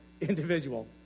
individual